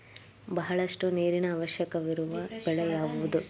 ಬಹಳಷ್ಟು ನೀರಿನ ಅವಶ್ಯಕವಿರುವ ಬೆಳೆ ಯಾವುವು?